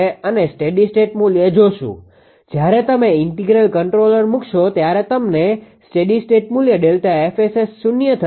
અને આ steady state મૂલ્ય જોશુ જ્યારે તમે ઇન્ટિગ્રલ કંટ્રોલર મૂકશો ત્યારે તમને સ્ટેડી સ્ટેટ મૂલ્ય Δ𝐹𝑆𝑆 શૂન્ય થશે